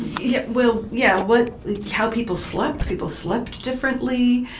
yet. well, yeah, what how people slept. people slept differently.